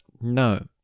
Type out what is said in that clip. no